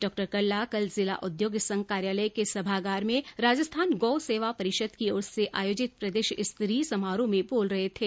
डॉकल्ला कल जिला उद्योग संघ कार्यालय के सभागार में राजस्थान गौ सेवा परिषद की ओर से आयोजित प्रदेश स्तरीय समारोह में बोल रहे थे